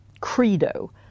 credo